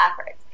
efforts